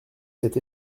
cet